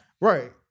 Right